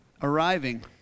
arriving